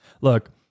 look